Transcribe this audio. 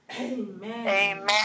Amen